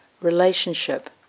relationship